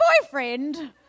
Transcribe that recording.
boyfriend